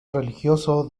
religioso